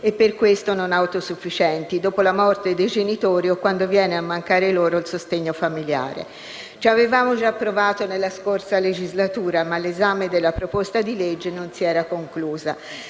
e per questo non autosufficienti, dopo la morte dei genitori o quando viene a mancare loro il sostegno familiare. Ci avevamo già provato nella scorsa legislatura, ma l'esame della proposta di legge non si era conclusa.